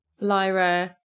Lyra